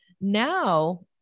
Now